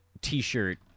t-shirt